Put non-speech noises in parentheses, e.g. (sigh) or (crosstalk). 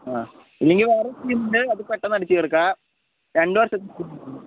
ആ ഇല്ലെങ്കിൽ വേറെ സ്കീം ഉണ്ട് അത് പെട്ടന്ന് അടച്ച് തീർക്കാം രണ്ട് വർഷം (unintelligible)